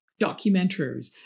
documentaries